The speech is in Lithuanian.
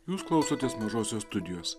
jūs klausotės mažosios studijos